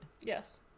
Yes